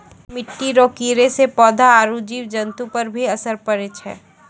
मिट्टी रो कीड़े से पौधा आरु जीव जन्तु पर भी असर पड़ै छै